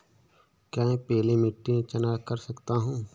क्या मैं पीली मिट्टी में चना कर सकता हूँ?